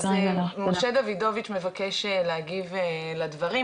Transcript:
אז משה דוידוביץ' מבקש להגיב לדברים,